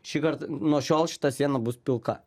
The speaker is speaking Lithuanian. šįkart nuo šiol šita siena bus pilka